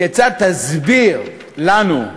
כיצד תסביר לנו,